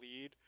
lead